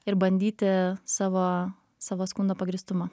ir bandyti savo savo skundo pagrįstumą